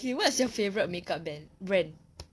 okay what is your favourite make up band brand